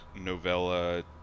novella